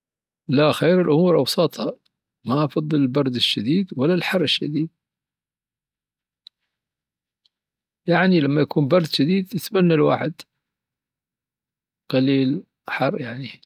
لا، خير الأمور أوساطها. ما أفضل البرد الشديد ولا الحر الشديد. يعني لما يكون برد شديد، يتمنى الواحد قليل حر، يعني.